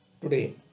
today